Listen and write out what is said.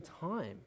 time